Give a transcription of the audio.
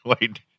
wait